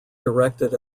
directed